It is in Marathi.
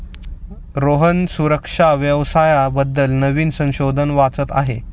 रोहन सुरक्षा व्यवसाया बद्दल नवीन संशोधन वाचत आहे